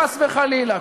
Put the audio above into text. חס וחלילה,